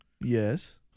Yes